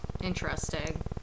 Interesting